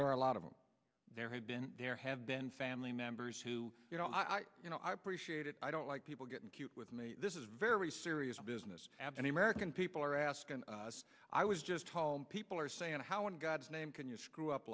there are a lot of them there have been there have been family members who you know i you know i appreciate it i don't like people getting cute with me this is very serious business absentee american people are asking us i was just calling people are saying how in god's name can you screw up